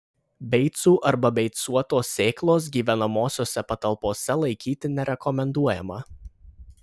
beicų arba beicuotos sėklos gyvenamosiose patalpose laikyti nerekomenduojama